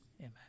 Amen